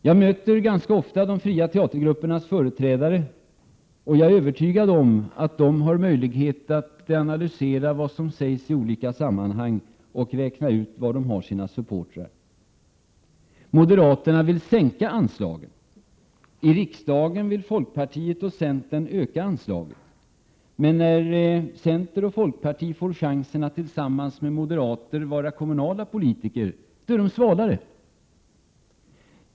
Jag möter ganska ofta de fria teatergruppernas företrädare, och jag är övertygad om att de har möjlighet att analysera vad som sägs i olika sammanhang och räkna ut var de har sina supportrar. Moderaterna vill sänka anslagen. I riksdagen vill folkpartiet och centern öka anslagen. Men när centern och folkpartiet får chansen att tillsammans med moderater vara ansvariga inom kommunalpolitiken, då är de ”svadare”.